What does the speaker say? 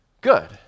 good